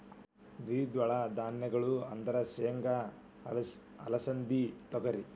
ದ್ವಿದಳ ಧಾನ್ಯಗಳು ಅಂದ್ರ ಸೇಂಗಾ, ಅಲಸಿಂದಿ, ತೊಗರಿ